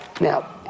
Now